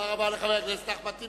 תודה רבה לחבר הכנסת אחמד טיבי.